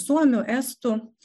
suomių estų